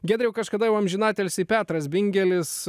giedriau kažkada jau amžinatilsį petras bingelis